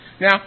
Now